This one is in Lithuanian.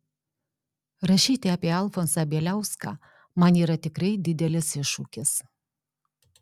rašyti apie alfonsą bieliauską man yra tikrai didelis iššūkis